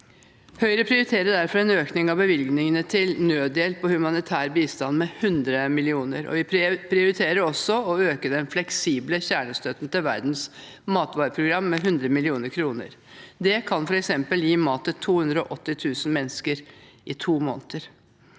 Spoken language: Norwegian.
Høyre prioriterer derfor en økning av bevilgningen til nødhjelp og humanitær bistand med 100 mill. kr. Vi prioriterer også å øke den fleksible kjernestøtten til Verdens matvareprogram med 100 mill. kr. Det kan f.eks. gi mat til 280 000 mennesker i to måneder.